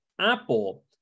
Apple